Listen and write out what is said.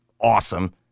awesome